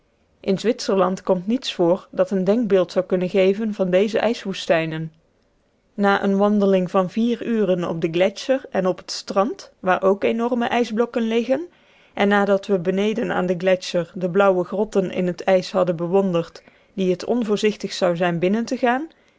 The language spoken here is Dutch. in zwitserland komt niets voor dat een denkbeeld zou kunnen geven van deze ijswoestijnen na eene wandeling van vier uren op den gletscher en op het strand waar ook enorme ijsblokken liggen en nadat we beneden aan den gletscher de blauwe grotten in het ijs hadden bewonderd die het onvoorzichtig zou zijn binnen te gaan